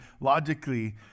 logically